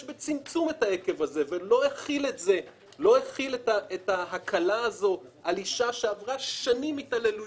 את ה-"עקב" הזה בצמצום ולא החיל הקלה זו על אישה שעברה שנים התעללות